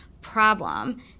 problem